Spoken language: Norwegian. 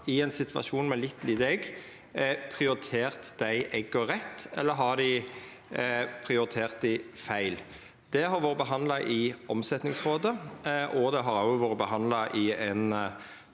i ein situasjon med litt lite egg, prioritert dei egga rett, eller har dei prioritert dei feil? Det har vore behandla i Omsetningsrådet, og det har òg nyleg vore behandla i ein